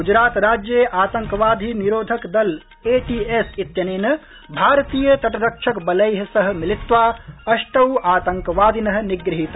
गुजरात राज्ये आतंकवादी निरोधक दल एटीएस इत्यनेन भारतीय तट रक्षक बला मेह मिलित्वा अष्टौ आतंकवादिन निगृहीता